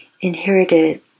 inherited